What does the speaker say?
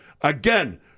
again